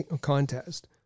contest